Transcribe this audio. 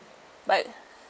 but